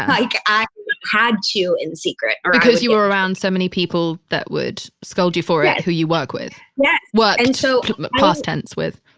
like i had to in secret because you were around so many people that would scold you for it, who you work with yes worked, and so past tense, with